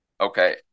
Okay